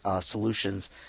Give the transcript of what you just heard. solutions